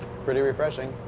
pretty refreshing.